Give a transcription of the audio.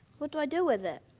what do i do with it?